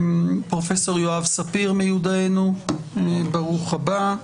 פרופ' יואב ספיר מיודענו, ברוך הבא.